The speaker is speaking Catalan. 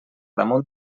damunt